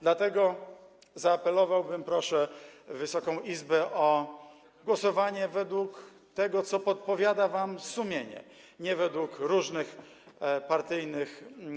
Dlatego zaapelowałbym o to, proszę Wysoką Izbę o głosowanie według tego, co podpowiada wam sumienie, nie według różnych partyjnych.